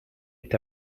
est